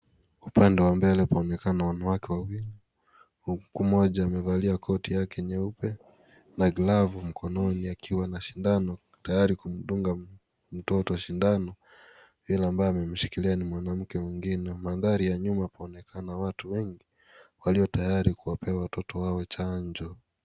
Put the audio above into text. Upande wa mbele pamekaa wanawake wawili huku mmoja amevalia koti yake nyeupe na glavu mkononi akiwa na sindano tayari kumdunga mtoto sindano yule ambaye amemshikilia ni mwanamke mwingine manthari ya nyuma panaonekana watu wengi waliotayari kuwapea watoto wao chanjo.